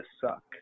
suck